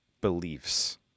beliefs